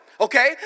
okay